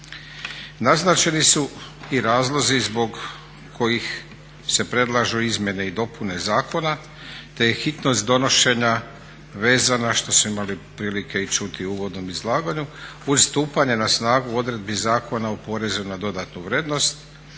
Naznačeni su i razlozi zbog kojih se predlažu izmjene i dopune zakona te hitnost donošenja vezano što su imali prilike i čuti u uvodnom izlaganju, uz stupanje na snagu odredbi Zakona o porezu na dodanu vrijednost